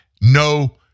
No